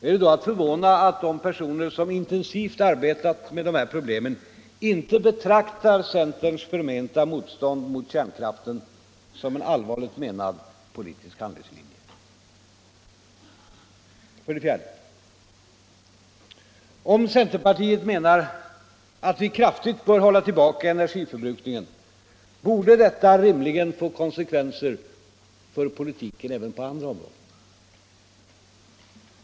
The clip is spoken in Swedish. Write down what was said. Är det då förvånande att de personer som intensivt arbetat med dessa problem inte betraktar centerns förmenta motstånd mot kärnkraften som en allvarligt menad politisk handlingslinje? För det fjärde: Om centerpartiet menar att vi kraftigt bör hålla tillbaka energiförbrukningen borde detta rimligen få konsekvenser för politiken även på andra områden.